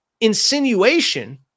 insinuation